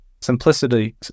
Simplicity